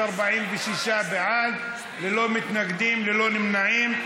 46 בעד, ללא מתנגדים, ללא נמנעים.